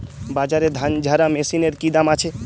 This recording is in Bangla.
বাজারে ধান ঝারা মেশিনের কি দাম আছে?